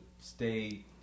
stay